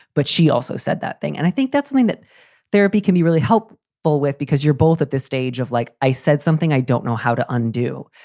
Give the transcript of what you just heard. but she also said that thing. and i think that's something that therapy can be really help bull with because you're both at this stage of, like i said, something i don't know how to undo.